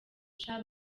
cha